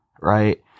Right